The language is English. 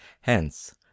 Hence